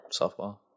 Softball